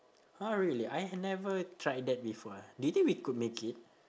!huh! really I ha~ never tried that before eh do you think we could make it